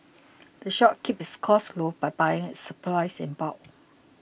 the shop keeps its costs low by buying its supplies in bulk